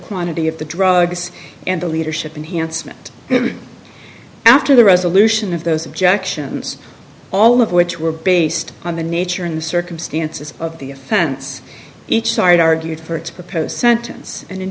quantity of the drugs and the leadership enhanced meant after the resolution of those objections all of which were based on the nature and the circumstances of the offense each side argued for its proposed sentence and